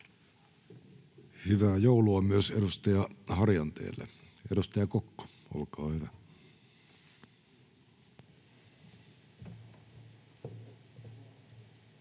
Hyvää joulua myös edustaja Harjanteelle. — Edustaja Kokko, olkaa hyvä.